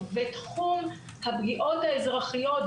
ובתחום הפגיעות האזרחיות,